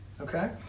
okay